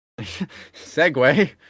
Segway